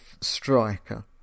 Striker